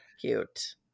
cute